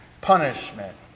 punishment